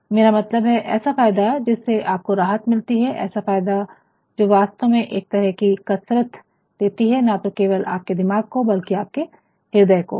मेरा मतलब है ऐसा फायदा जिससे आपको राहत मिलती है ऐसा फायदा जो वास्तव में एक तरह की कसरत देती है ना तो केवल आपके दिमाग को बल्कि आपके हृदय को भी